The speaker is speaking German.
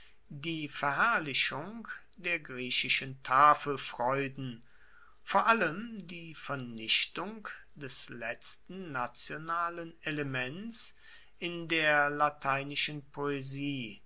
die verherrlichung der griechischen tafelfreuden vor allem die vernichtung des letzten nationalen elements in der lateinischen poesie